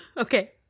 Okay